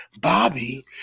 Bobby